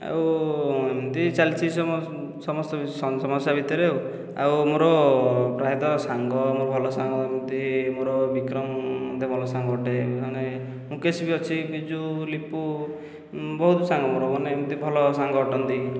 ଆଉ ଏମିତି ଚାଲିଛି ସମସ୍ତ ସମସ୍ୟା ଭିତରେ ଆଉ ଆଉ ମୋର ପ୍ରାୟତଃ ସାଙ୍ଗ ମୋର ଭଲ ସାଙ୍ଗ ଏମିତି ମୋର ବିକ୍ରମ ମଧ୍ୟ ଭଲ ସାଙ୍ଗଟେ ଜଣେ ମୁକେଶ ବି ଅଛି ବିଜୁ ଲିପୁ ବହୁତ ସାଙ୍ଗ ମୋର ମାନେ ଏମିତି ଭଲ ସାଙ୍ଗ ଅଟନ୍ତି